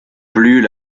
plus